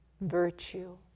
virtue